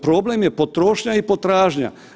Problem je potrošnja i potražnja.